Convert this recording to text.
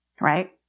Right